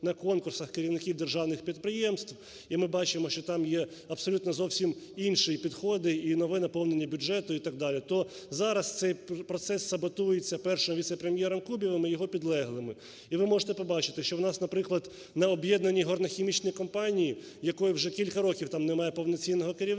на конкурсах керівників державних підприємств, і ми бачимо, що там є абсолютно зовсім інші підходи і нове наповнення бюджету і так далі, то зараз цей процес саботується першим віце-прем'єром Кубівим і його підлеглими. І ви можете побачити, що в нас, наприклад, на об'єднання горно-хімічної компанії, в якої вже кілька років там немає повноцінного керівництва,